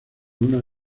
una